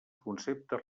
conceptes